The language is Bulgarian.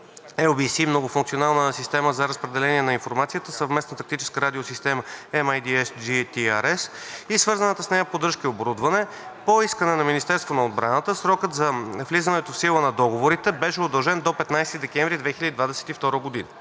„Многофункционална система за разпределение на информация – Съвместна тактическа радиосистема (MIDS JTRS) и свързана с нея поддръжка и оборудване“ по искане на Министерството на отбраната срокът за влизането в сила на договорите беше удължен до 15 декември 2022 г.